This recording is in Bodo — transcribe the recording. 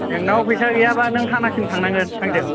नोंनाव फैसा गैयाबा नों थाना सिम थांनांगोन आंजों